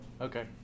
Okay